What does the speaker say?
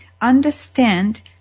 understand